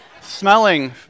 Smelling